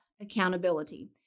accountability